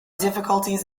difficulties